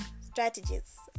strategies